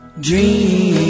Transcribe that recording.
Dream